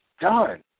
done